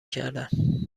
کردم